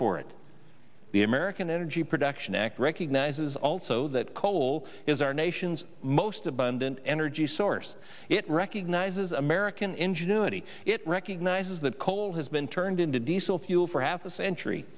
for it the american energy production act recognizes also that coal is our nation's most abundant energy source it recognizes american ingenuity it recognizes that coal has been turned into diesel fuel for half a century